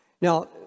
Now